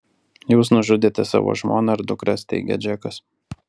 jūs nužudėte savo žmoną ir dukras teigia džekas